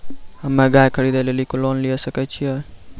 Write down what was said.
हम्मे गाय खरीदे लेली लोन लिये सकय छियै?